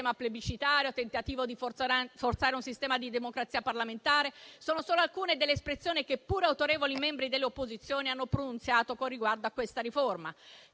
plebiscitario, tentativo di forzare un sistema di democrazia parlamentare: sono queste solo alcune delle espressioni che pur autorevoli membri delle opposizioni hanno pronunziato con riguardo a questa riforma,